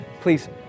please